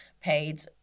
paid